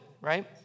right